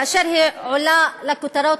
כאשר היא עולה לכותרות,